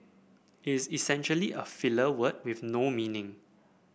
it is essentially a filler word with no meaning